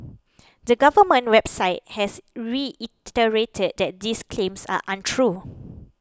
the government website has reiterated that these claims are untrue